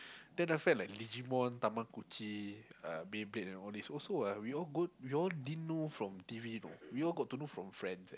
then after that like Digimon Tamagochi uh Beyblade and all those also we all go we all didn't know from T_V you know we all get to know it from friends eh